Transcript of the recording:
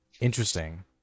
interesting